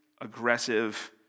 aggressive